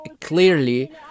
clearly